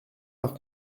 par